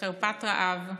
לחרפת רעב,